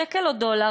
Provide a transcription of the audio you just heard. שקל או דולר?